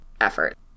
effort